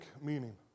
meaning